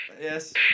Yes